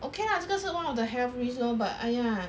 okay lah 这个是 one of the health risks lor but !aiya!